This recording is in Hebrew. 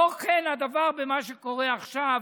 לא כן הדבר במה שקורה עכשיו